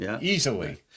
easily